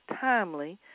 timely